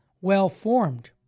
well-formed